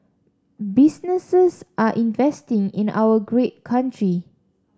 businesses are investing in our great country